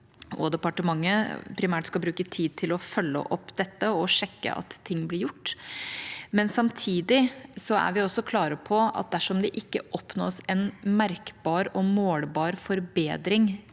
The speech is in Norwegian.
og departementet primært skal bruke tid til å følge opp dette og sjekke at ting blir gjort. Samtidig er vi også klare på at dersom det ikke oppnås en merkbar og målbar forbedring